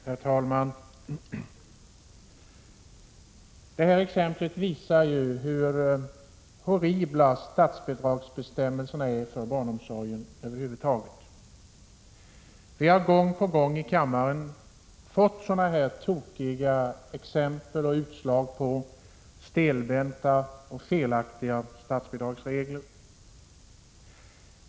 Herr talman! Det här exemplet visar hur horribla statsbidragsbestämmelserna för barnomsorgen är över huvud taget. Vi har gång på gång i kammaren fått sådana här tokiga exempel på och utslag av stelbenta och felaktiga statsbidragsregler.